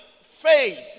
faith